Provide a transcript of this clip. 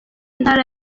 intara